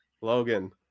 logan